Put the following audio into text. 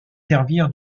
servir